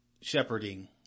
shepherding